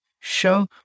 show